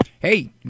Hey